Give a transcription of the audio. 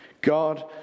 God